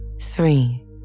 three